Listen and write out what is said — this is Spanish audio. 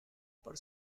por